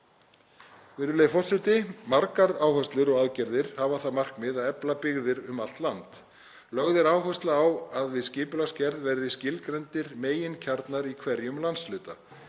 Virðulegi forseti. Margar áherslur og aðgerðir hafa það markmið að efla byggðir um allt land. Lögð er áhersla á að við skipulagsgerð verði skilgreindir meginkjarnar í hverjum landshluta.